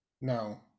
No